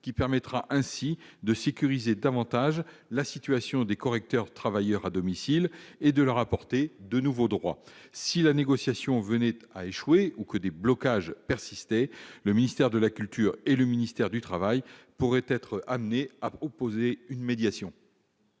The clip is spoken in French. permettant de sécuriser davantage la situation des correcteurs travailleurs à domicile et de leur apporter de nouveaux droits. Si la négociation venait à échouer ou que des blocages persistaient, le ministère de la culture et le ministère du travail pourraient être amenés à proposer une médiation.